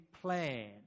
plan